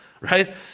right